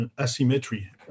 asymmetry